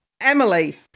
Emily